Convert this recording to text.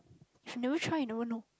you never try you never know